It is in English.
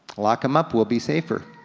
lock em up, we'll be safer.